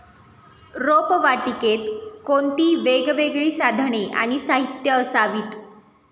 रोपवाटिकेत कोणती वेगवेगळी साधने आणि साहित्य असावीत?